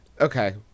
Okay